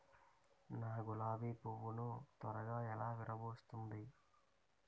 నా గులాబి పువ్వు ను త్వరగా ఎలా విరభుస్తుంది?